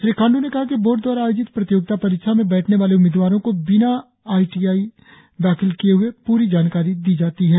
श्री खाण्ड्र ने कहा कि बोर्ड दवारा आयोजित प्रतियोगिता परीक्षा में बैठक वाले उम्मीदवारों को बिना आई टी आई दाखिल किए हए प्री जानकारी दी जाती है